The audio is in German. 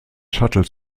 shuttle